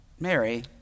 Mary